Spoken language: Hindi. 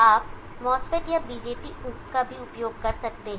आप MOSFET या BJT का भी उपयोग कर सकते हैं